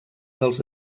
dels